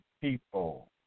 people